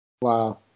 Wow